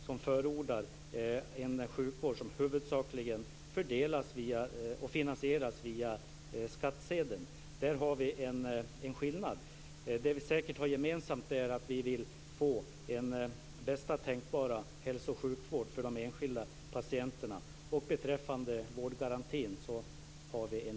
Jag förordar en sjukvård som huvudsakligen finansieras via skattsedeln. Där råder det en skillnad. Vi har säkert gemensamt att vi båda vill få bästa tänkbara hälso och sjukvård för de enskilda patienterna. Men vi är eniga om vårdgarantin.